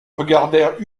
regardèrent